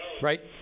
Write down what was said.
Right